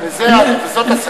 וזאת הסכנה.